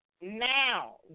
now